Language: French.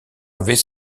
avait